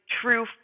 true